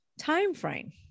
Timeframe